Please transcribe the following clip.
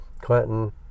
Clinton